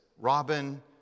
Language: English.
Robin